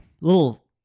little